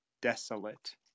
desolate